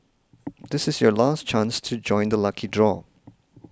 this is your last chance to join the lucky draw